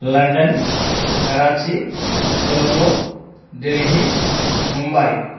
London Karachi Colombo Delhi Mumbai